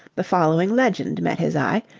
the following legend met his eye,